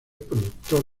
productor